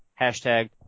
hashtag